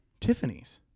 Tiffany's